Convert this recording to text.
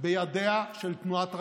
בידיה של תנועת רע"מ,